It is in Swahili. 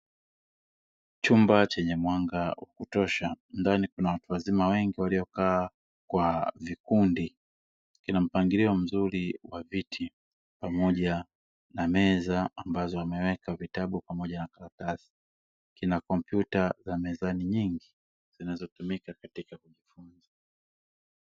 Chumba chenye mwanga wa kutosha, ndani kuna watu wazima wengi waliokaa kwa vikundi. Kina mpangilio mzuri wa viti pamoja na meza; ambazo wameweka vitabu pamoja na karatasi. Kina kompyuta za mezani nyingi zinazotumika katika kujifunza.